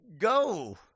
go